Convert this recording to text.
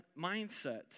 mindset